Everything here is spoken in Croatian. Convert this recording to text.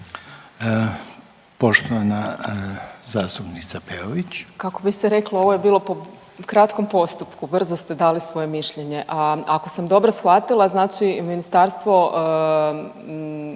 **Peović, Katarina (RF)** Kako bi se reklo ovo je bilo po kratkom postupku, brzo ste dali svoje mišljenje. A ako sam dobro shvatila znači Ministarstvo